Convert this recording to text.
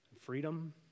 freedom